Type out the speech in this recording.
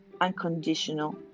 unconditional